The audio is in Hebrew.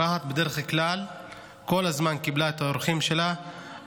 רהט בדרך כלל כל הזמן קיבלה את האורחים שלה,